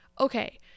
okay